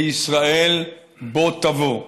בישראל בוא תבוא.